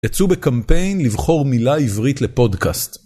יצאו בקמפיין לבחור מילה עברית לפודקאסט.